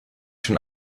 schon